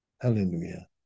Hallelujah